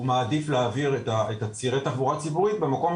הוא מעדיף להעביר את צירי התחבורה הציבורית במקומות